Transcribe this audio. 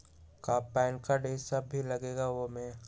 कि PAN card इ सब भी लगेगा वो में?